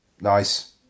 Nice